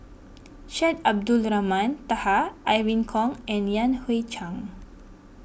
Syed Abdulrahman Taha Irene Khong and Yan Hui Chang